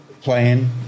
playing